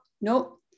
nope